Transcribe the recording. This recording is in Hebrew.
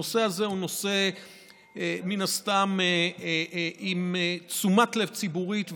הנושא הזה הוא נושא מן הסתם עם תשומת לב ציבורית,